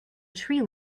tree